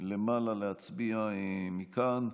למעלה להצביע מכאן.